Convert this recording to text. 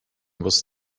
was